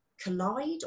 collide